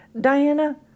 Diana